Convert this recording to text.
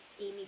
Amy